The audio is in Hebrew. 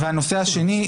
והשני,